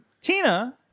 Tina